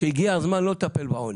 שהגיע הזמן לא לטפל בעוני,